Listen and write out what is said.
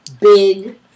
big